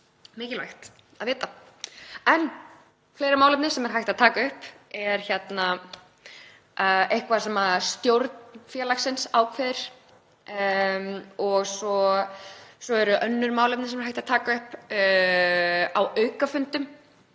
mikilvægt að vita. Fleiri málefni sem er hægt að taka upp eru málefni sem stjórn félagsins ákveður og svo eru önnur málefni sem er hægt að taka upp á aukafundum